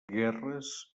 guerres